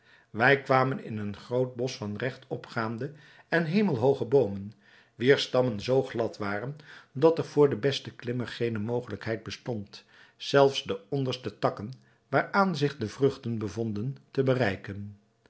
wij kwamen in een groot bosch van regt opgaande en hemelhooge boomen wier stammen zoo glad waren dat er voor den besten klimmer geene mogelijkheid bestond zelfs de onderste takken waaraan zich de vruchten bevonden te bereiken